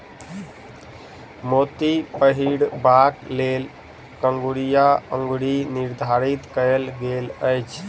मोती पहिरबाक लेल कंगुरिया अंगुरी निर्धारित कयल गेल अछि